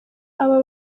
aba